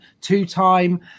two-time